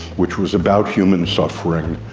which was about human suffering,